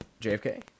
JFK